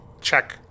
check